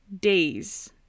days